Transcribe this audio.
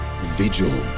Vigil